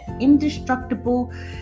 indestructible